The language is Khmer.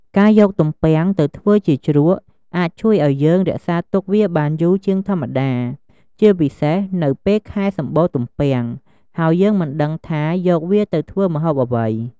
ការយកទំពាំងទៅធ្វើជាជ្រក់អាចជួយឱ្យយើងរក្សាទុកវាបានយូរជាងធម្មតា ជាពិសេស នៅពេលខែសម្បូរទំពាំង ហើយយើងមិនដឹងថាយកវាទៅធ្វើម្ហូបអ្វី។